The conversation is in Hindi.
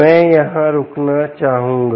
मैं यहां रुकना चाहूंगा